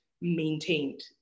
maintained